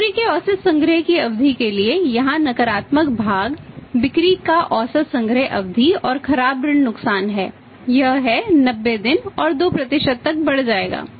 बिक्री के औसत संग्रह की अवधि के लिए यहां नकारात्मक भाग बिक्री का औसत संग्रह अवधि और खराब ऋण नुकसान है यह है 90 दिन और 2 तक बढ़ जाएगा